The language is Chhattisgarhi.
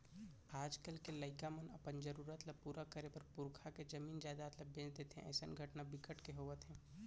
आजकाल के लइका मन अपन जरूरत ल पूरा करे बर पुरखा के जमीन जयजाद ल बेच देथे अइसन घटना बिकट के होवत हे